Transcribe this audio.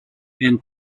and